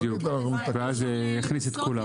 בדיוק, ואז זה יכניס את כולן.